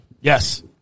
Yes